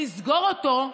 לסגור אותו,